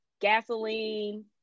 gasoline